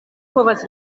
povas